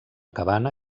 cabana